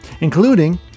including